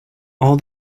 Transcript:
all